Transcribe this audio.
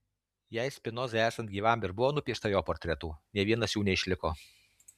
jei spinozai esant gyvam ir buvo nupiešta jo portretų nė vienas jų neišliko